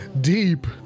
deep